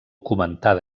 comentada